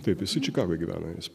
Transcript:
taip jisai čikagoj gyvena jis